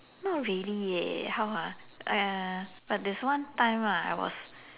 not really leh how ah uh but there's one time lah I was